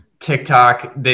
TikTok